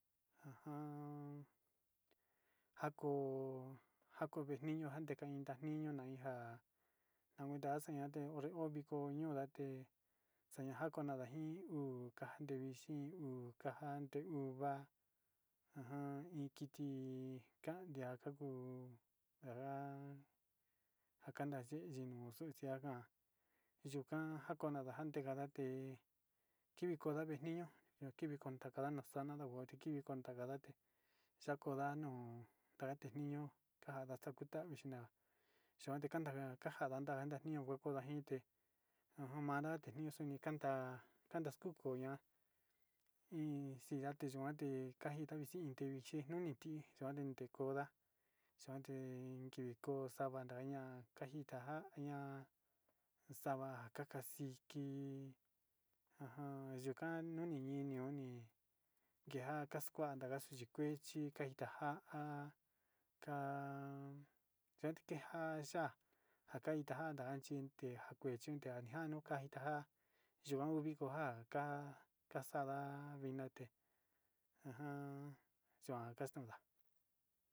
Ajan njako njako vée niño kando vée niño ñanda kuija nada ate ho viko ño'o ate xañako kondañai iko, kajexhi uu ka'a ande uu va'a ajan iin kiti kandi kakuu ajan kakanda yeyi kuu yuu, tiaga yuu njan kakona ndajande date tivi konda vée niño nuu viki konda naxana no kivi konda naxate, xakonda nuu kandate niño kondax naxaxna xhikun kandaja kanda naxa'a kandaga kanda nio ko'o ndajinte komanra tiniute kanda'a kaxkuu kuña'a iin xiyuate kande ka'a kaivita vixi vinte nuu vindi xuani konda njade kivi ko'o xuante xava'aña kanjita kaña xava iin kaka aciti ajan yukan xavi ninio oni kean kaxkua ndanga kuxi kuexi inka itanja kan njeti kekan xhia njakan ita nja yuan chin tejan chin tejanuka ita yuan kuu viko njan aka kaxada vingate ajan xuan kaxtonda.